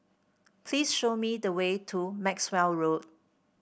please show me the way to Maxwell Road